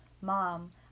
mom